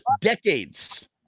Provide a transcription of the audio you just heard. decades